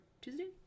Tuesday